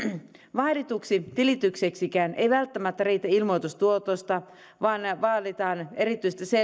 vaadituksi tilitykseksikään ei välttämättä riitä ilmoitus tuotosta vaan vaaditaan erityistä selvitystä tuoton